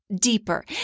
deeper